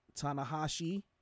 Tanahashi